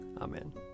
Amen